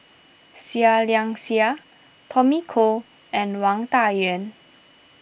Seah Liang Seah Tommy Koh and Wang Dayuan